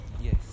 Yes